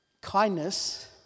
Kindness